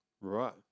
Right